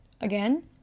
again